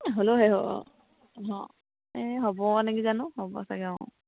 এ হ'লও হে অঁ অঁ এই হ'ব নেকি জানো হ'ব চাগে অঁ